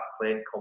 playing